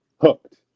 hooked